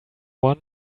one